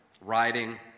riding